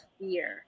fear